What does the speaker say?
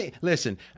Listen